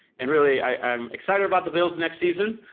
and really i'm excited about the bills next season.